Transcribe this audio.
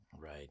Right